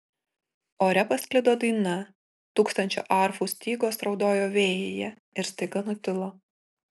ore pasklido daina tūkstančio arfų stygos raudojo vėjyje ir staiga nutilo